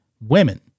women